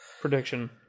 Prediction